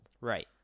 Right